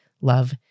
Love